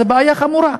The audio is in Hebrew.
זו בעיה חמורה,